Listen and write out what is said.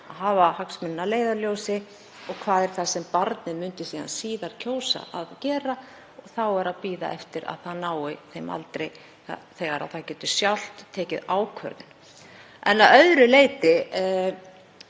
hafa hagsmuni þess að leiðarljósi og hvað það er sem barnið myndi síðar kjósa að gera. Og þá er að bíða eftir að það nái þeim aldri að það geti sjálft tekið ákvörðun. En að öðru leyti